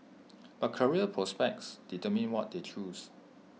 but career prospects determined what they choose